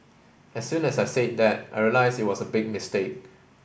as soon as I said that I realised it was a big mistake